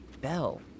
bell